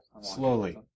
Slowly